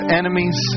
enemies